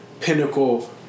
pinnacle